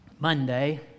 Monday